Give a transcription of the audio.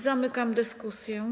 Zamykam dyskusję.